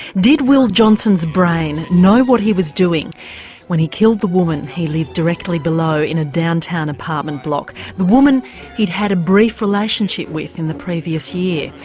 did will johnson's brain know what he was doing when he killed the woman he lived directly below in a downtown apartment block the woman he'd had a brief relationship with in the previous year,